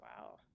wow